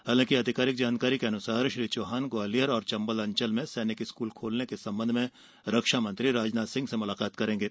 हालांकि अधिकारिक जानकारी के अनुसार श्री चौहान ग्वालियर और चंबल अंचल में सैनिक स्कूल खोलने के संबंध में रक्षा मंत्री राजनाथ सिंह से मुलाकात करेंगे